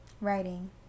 writing